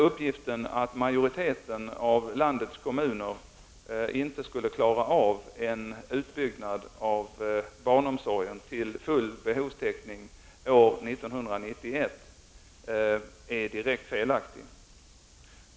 Uppgiften att majoriteten av landets kommuner inte skulle klara av en utbyggnad av barnomsorgen till full behovstäckning år 1991 är direkt felaktig.